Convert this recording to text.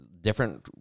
different